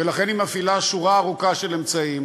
ולכן היא מפעילה שורה ארוכה של אמצעים